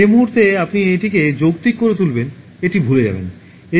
যে মুহুর্তে আপনি এটিকে যৌক্তিক করে তুলবেন এটি ভুলে যাবেন